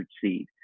seed